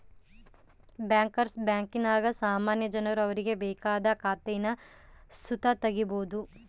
bankers ಬ್ಯಾಂಕಿನಾಗ ಸಾಮಾನ್ಯ ಜನರು ಅವರಿಗೆ ಬೇಕಾದ ಖಾತೇನ ಸುತ ತಗೀಬೋದು